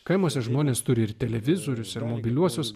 kaimuose žmonės turi ir televizorius ir mobiliuosius